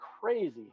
crazy